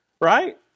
right